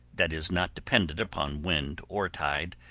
that is not dependent upon wind or tide,